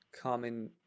common